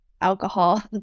alcohol